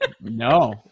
no